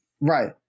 right